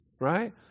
right